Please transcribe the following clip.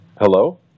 hello